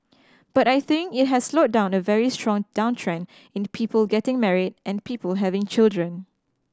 but I think it has slowed down the very strong downtrend in the people getting married and people having children